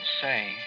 say